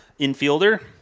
infielder